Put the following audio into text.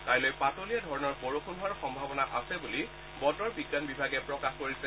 কাইলৈ পাতলীয়া ধৰণৰ বৰষূণ হোৱাৰো সম্ভাৱনা আছে বুলি বতৰ বিজ্ঞান বিভাগে প্ৰকাশ কৰিছে